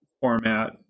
format